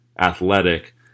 Athletic